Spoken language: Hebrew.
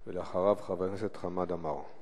לאחריו, חבר הכנסת חמד עמאר.